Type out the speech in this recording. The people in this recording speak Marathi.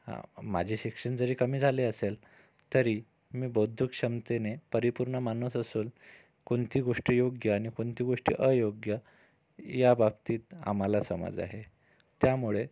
हा माझे शिक्षण जरी कमी झाले असेल तरी मी बौद्धिक क्षमतेने परिपूर्ण माणूस असून कोणती गोष्ट योग्य आणि कोणती गोष्ट अयोग्य याबाबतीत आम्हाला समझ आहे त्यामुळे